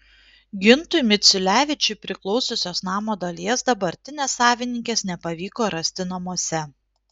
gintui miciulevičiui priklausiusios namo dalies dabartinės savininkės nepavyko rasti namuose